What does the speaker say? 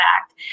Act